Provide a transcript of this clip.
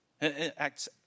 Acts